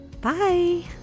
Bye